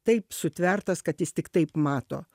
taip sutvertas kad jis tik taip mato